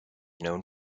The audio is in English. known